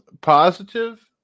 positive